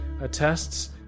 attests